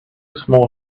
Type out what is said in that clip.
small